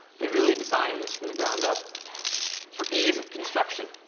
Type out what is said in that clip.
they really designed this from the ground up for ease of construction.